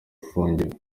afungiwe